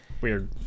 weird